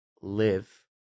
live